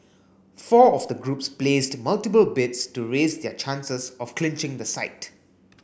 four of the groups placed multiple bids to raise their chances of clinching the site